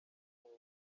nyina